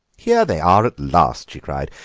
here they are at last! she cried.